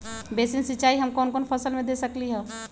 Basin सिंचाई हम कौन कौन फसल में दे सकली हां?